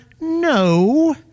no